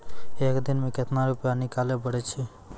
एक दिन मे केतना रुपैया निकाले पारै छी?